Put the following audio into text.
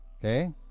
Okay